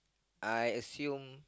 I assume